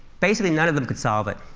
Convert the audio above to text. basically, none of them could solve it.